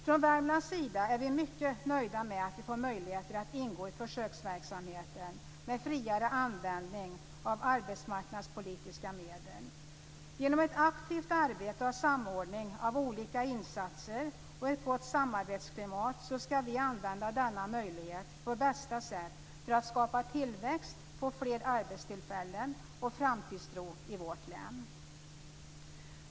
Från Värmlands sida är vi mycket nöjda med att vi får möjligheter att ingå i försöksverksamheten med friare användning av arbetsmarknadspolitiska medel. Genom ett aktivt arbete med samordning av olika insatser och ett gott samarbetsklimat skall vi använda denna möjlighet på bästa sätt för att skapa tillväxt, få fler arbetstillfällen och framtidstro i vårt län.